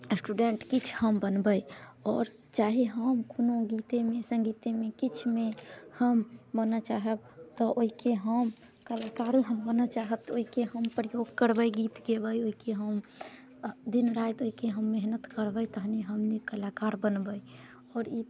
student किछु हम बनबै आओर चाहे हम कोनो गीतेमे सङ्गीतेमे किछुमे हम बनऽ चाहब तऽ ओइके हम कलाकारे हम बनऽ चाहब तऽ ओइके हम प्रयोग करबै गीतके ओइके हम दिन राति ओइके हम मेहनत करबै तहने हम नीक कलाकार बनबै आओर ई